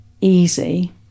easy